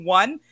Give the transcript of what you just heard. one